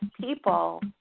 people